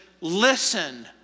listen